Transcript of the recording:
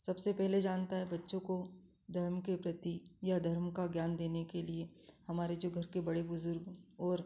सबसे पहले जानता है बच्चों को धर्म के प्रति या धर्म का ज्ञान देने के लिए हमारे जो घर के बड़े बुजुर्ग और